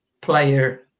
player